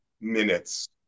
minutes